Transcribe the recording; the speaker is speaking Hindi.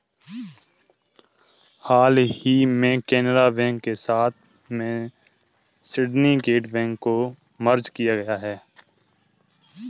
हाल ही में केनरा बैंक के साथ में सिन्डीकेट बैंक को मर्ज किया गया है